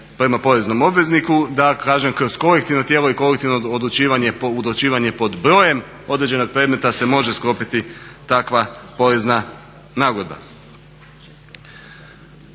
prema poreznom obvezniku. Da kažem kroz kolektivno tijelo i kolektivno odlučivanje pod brojem određenog predmeta se može sklopiti takva porezna nagodba.